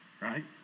right